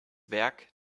werk